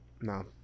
No